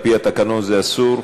על-פי התקנון זה אסור.